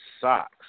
socks